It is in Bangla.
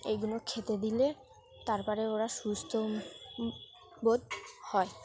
এইগুলো খেতে দিলে তার পরে ওরা সুস্থ বোধ হয়